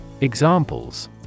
Examples